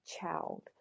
child